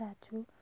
statue